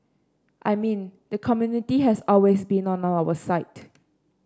I mean the community has always been on our side